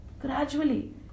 gradually